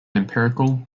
empirical